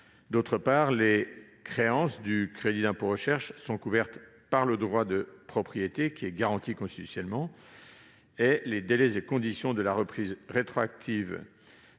D'autre part, les créances du crédit d'impôt recherche sont couvertes par le droit de propriété, qui est garanti constitutionnellement. Les délais et conditions de la reprise rétroactive